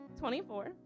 24